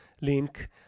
link